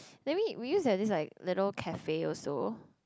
then we we used to have like this little cafe also